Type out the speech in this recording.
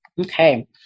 okay